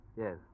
Yes